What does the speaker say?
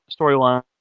storyline